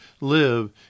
live